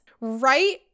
right